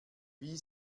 wie